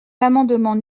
l’amendement